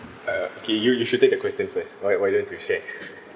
uh uh okay you you should take the question first right why don't you share